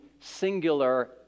singular